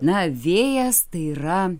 na vėjas tai yra